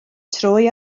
troi